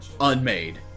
unmade